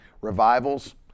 revivals